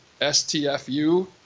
STFU